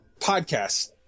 podcast